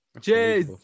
Cheers